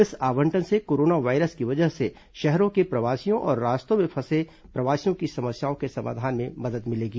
इस आवंटन से कोरोना वायरस की वजह से शहरों के प्रवासियों और रास्तों में फंसे प्रवासियों की समस्याओं के समाधान में मदद मिलेगी